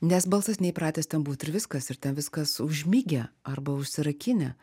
nes balsas neįpratęs ten būt ir viskas ir ten viskas užmigę arba užsirakinę